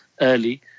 early